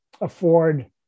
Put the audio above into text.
afford